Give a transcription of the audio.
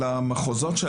כן.